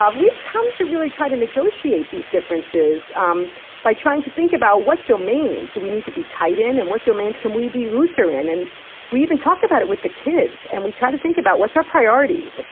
um we've come to really try to negotiate these differences um by trying to think about, what domains do we need to be tight in, and what domains can we be looser in? and we even talk about it with the kids. and we try to think about, what's our priorities? ah